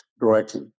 directly